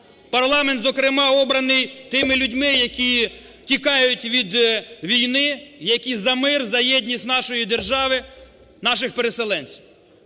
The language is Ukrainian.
парламент, зокрема, обраний тими людьми, які тікають від війни, які за мир, за єдність нашої держави, наших переселенців.